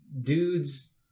dudes